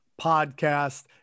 podcast